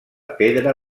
pedra